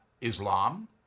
Islam